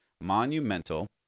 monumental